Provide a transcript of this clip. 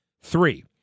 Three